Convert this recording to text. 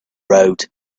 road